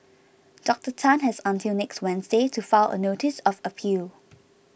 Doctor Tan has until next Wednesday to file a notice of appeal